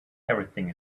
everything